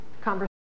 conversation